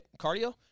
cardio